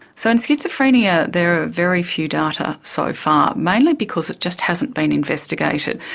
so in schizophrenia there are very few data so far, mainly because it just hasn't been investigated.